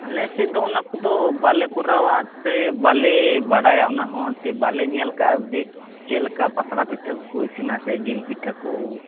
ᱟᱞᱮᱥᱮᱫ ᱫᱚ ᱚᱱᱟᱠᱚᱫᱚ ᱵᱟᱞᱮ ᱠᱚᱨᱟᱣᱟ ᱥᱮ ᱵᱟᱞᱮ ᱵᱟᱲᱟᱭᱟ ᱚᱱᱟᱦᱚᱸ ᱥᱮ ᱵᱟᱞᱮ ᱧᱮᱞ ᱟᱠᱟᱫᱟ ᱡᱮ ᱪᱮᱫᱞᱮᱠᱟ ᱯᱟᱛᱲᱟ ᱯᱤᱴᱷᱟᱹ ᱠᱚᱠᱚ ᱤᱥᱤᱱᱟ ᱥᱮ ᱡᱤᱞ ᱯᱤᱴᱷᱟᱹᱠᱚ